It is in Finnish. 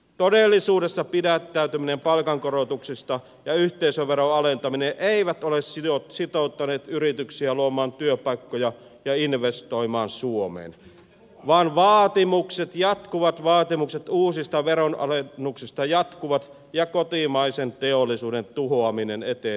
todellisuudessa pidättäytyminen palkankorotuksista ja yhteisöveron alentaminen eivät ole sitouttaneet yrityksiä luomaan työpaikkoja ja investoimaan suomeen vaan vaatimukset uusista veronalennuksista jatkuvat ja kotimaisen teollisuuden tuhoaminen etenee vauhdilla